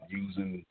using